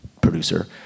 producer